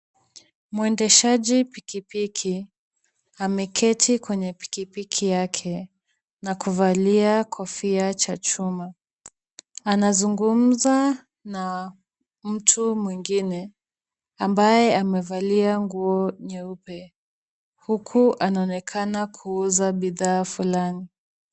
Mwendeshaji pikipiki ameketi kwenye pikipiki yake na kuvalia kofia cha chuma. Anazungumza na mtu mwingine ambaye amevalia nguo nyeupe huku anaonekana kuuza bidhaa fulani.